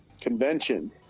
convention